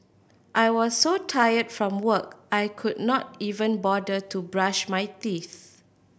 I was so tired from work I could not even bother to brush my teeth